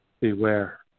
Beware